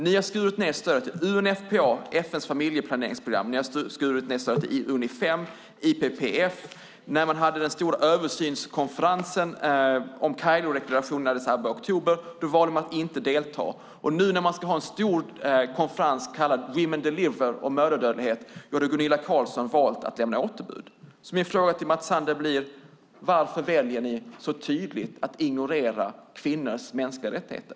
Ni har skurit ned på stödet till UNFPA, FN:s familjeplaneringsprogram. Ni har skurit ned på stödet till Unifem och IPPF. På den stora översynskonferensen om Kairodeklarationen i Addis Abeba i oktober valde man att inte delta, och till konferensen Women Deliver om mödradödlighet har Gunilla Carlsson valt att lämna återbud. Varför väljer ni så tydligt att ignorera kvinnors mänskliga rättigheter?